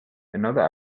another